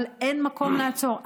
אבל אין מקום לעצור.